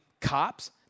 cops